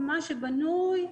מה שבנוי,